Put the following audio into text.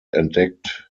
entdeckt